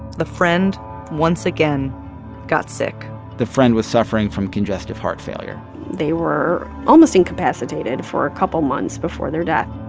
the friend once again got sick the friend was suffering from congestive heart failure they were almost incapacitated for a couple months before their death